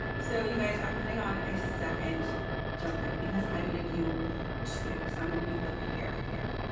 so, you guys i'm putting on a second jump ring because i'm gonna do two, so i'm gonna make the pair here.